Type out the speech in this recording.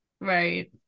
right